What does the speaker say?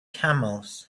camels